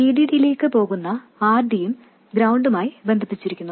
VDD യിലേക്ക് പോകുന്ന RD യും ഗ്രൌണ്ടുമായി ബന്ധിപ്പിച്ചിരിക്കുന്നു